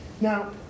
Now